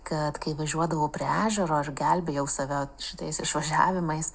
kad kai važiuodavau prie ežero ir gelbėjau save šitais išvažiavimais